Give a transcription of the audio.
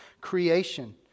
creation